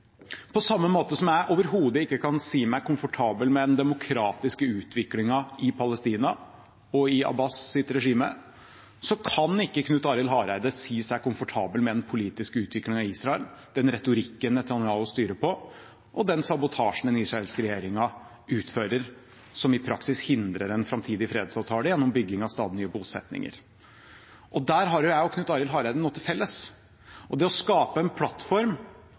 På samme måte som jeg overhodet ikke kan si meg komfortabel med den demokratiske utviklingen i Palestina og i Abbas’ regime, kan ikke Knut Arild Hareide si seg komfortabel med den politiske utviklingen i Israel, med den retorikken Netanyahu bruker, og den sabotasjen den israelske regjeringen utfører, som i praksis hindrer en framtidig fredsavtale, gjennom bygging av stadig nye bosetninger. Der har Knut Arild Hareide og jeg noe til felles, nemlig å skape en plattform